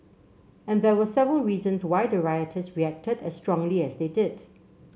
and there were several reasons why the rioters reacted as strongly as they did